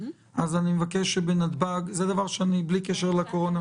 אז אני מבקש שבנתב"ג, זה דבר שבלי קשר לקורונה.